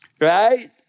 Right